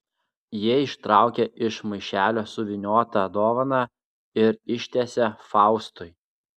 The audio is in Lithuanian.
ji ištraukia iš maišelio suvyniotą dovaną ir ištiesia faustui